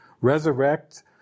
resurrect